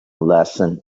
lesson